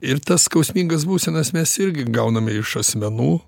ir tas skausmingas būsenas mes irgi gauname iš asmenų